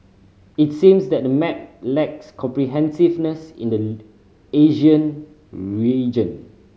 it seems that the map lacks comprehensiveness in the Asia region